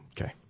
Okay